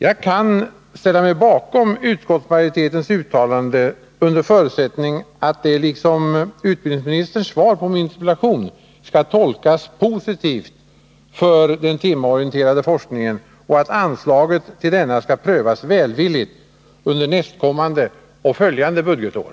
Jag kan ställa mig bakom utskottsmajoritetens uttalande under förutsättning att det — liksom utbildningsministerns svar på min interpellation — skall tolkas positivt för den temaorienterade forskningen och att anslaget till denna skall prövas välvilligt under nästkommande och följande budgetår.